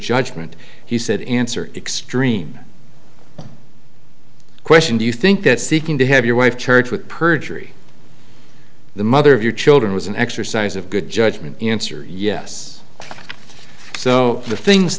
judgment he said in answer extreme question do you think that seeking to have your wife church with perjury the mother of your children was an exercise of good judgment yes so the things